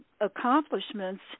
accomplishments